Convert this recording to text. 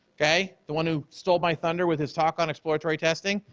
okay? the one who stole my thunder with his talk on exploratory testing,